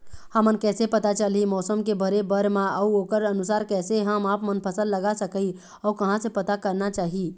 हमन कैसे पता चलही मौसम के भरे बर मा अउ ओकर अनुसार कैसे हम आपमन फसल लगा सकही अउ कहां से पता करना चाही?